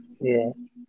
Yes